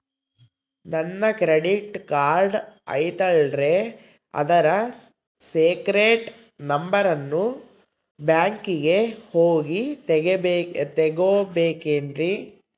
ನನ್ನ credit card ಐತಲ್ರೇ ಅದರ ಸೇಕ್ರೇಟ್ ನಂಬರನ್ನು ಬ್ಯಾಂಕಿಗೆ ಹೋಗಿ ತಗೋಬೇಕಿನ್ರಿ?